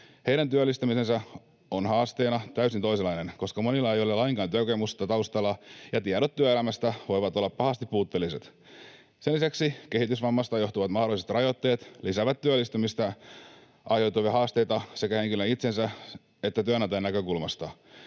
Heidän työllistämisensä on haasteena täysin toisenlainen, koska monilla ei ole lainkaan työkokemusta taustalla ja tiedot työelämästä voivat olla pahasti puutteelliset. Sen lisäksi kehitysvammasta johtuvat mahdolliset rajoitteet lisäävät työllistämisestä aiheutuvia haasteita sekä henkilöiden itsensä että työantajien näkökulmasta.